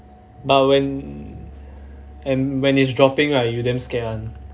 but when when is dropping lah you damn scared one